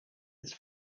its